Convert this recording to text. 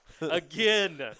Again